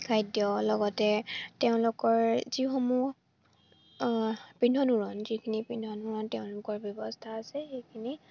খাদ্য লগতে তেওঁলোকৰ যিসমূহ পিন্ধন উৰণ যিখিনি পিন্ধন উৰণ তেওঁলোকৰ ব্যৱস্থা আছে সেইখিনি